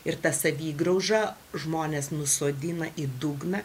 ir ta savigrauža žmones nusodina į dugną